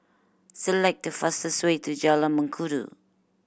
select the fastest way to Jalan Mengkudu